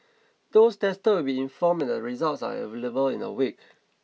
those tested will be informed the results are available in a week